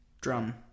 drum